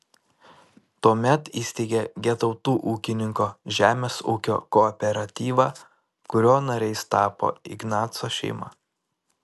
tuomet įsteigė getautų ūkininko žemės ūkio kooperatyvą kurio nariais tapo ignaco šeima